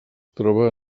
troba